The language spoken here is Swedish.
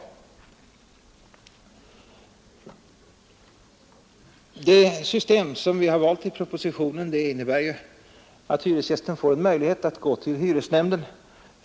Det system vi valde i propositionen innebär att hyresgästen får möjlighet att gå till hyresnämnden.